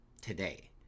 today